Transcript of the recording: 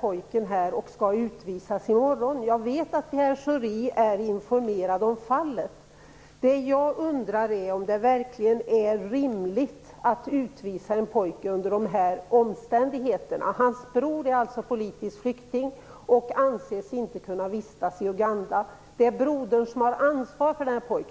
Pojken skall utvisas i morgon. Jag vet att Pierre Schori är informerad om fallet. Jag undrar om det verkligen är rimligt att utvisa en pojke under dessa omständigheter. Hans bror är alltså politisk flykting och anses inte kunna vistas i Uganda. Det är brodern som har ansvar för pojken.